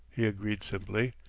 he agreed simply.